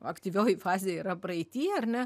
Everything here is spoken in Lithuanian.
aktyvioji fazė yra praeity ar ne